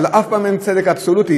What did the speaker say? אבל אף פעם אין צדק אבסולוטי.